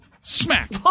Smack